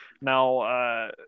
Now